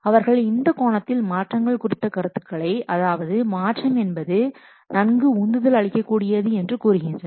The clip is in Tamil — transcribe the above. அவர்கள் இந்தக் கோணத்தில் மாற்றம் குறித்த கருத்துக்களை அதாவது மாற்றம் என்பது நன்கு உந்துதல் அளிக்கக்கூடியது என்று கூறுகின்றனர்